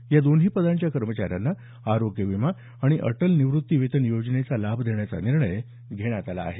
या दोन्ही पदांच्या कर्मचाऱ्यांना आरोग्य विमा आणि अटल निव्रत्ती वेतन योजनेचा लाभ देण्याचा निर्णय घेण्यात आला आहे